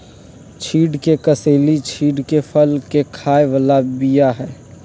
चिढ़ के कसेली चिढ़के फल के खाय बला बीया हई